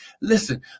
Listen